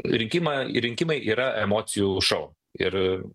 rinkimą rinkimai yra emocijų šou ir